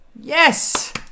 Yes